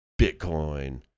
Bitcoin